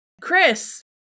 Chris